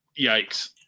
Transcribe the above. yikes